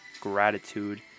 gratitude